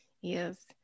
yes